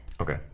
Okay